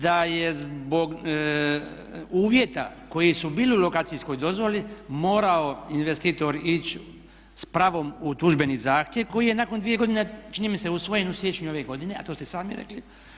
Da je zbog uvjeta koji su bili u lokacijskoj dozvoli morao investitor ići s pravom u tužbeni zahtjev koji je nakon 2 godine čini mi se usvojen u siječnju ove godine, a to ste i sami rekli.